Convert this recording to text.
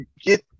get